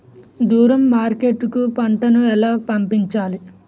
దూరం మార్కెట్ కు పంట ను ఎలా పంపించాలి?